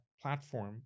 platform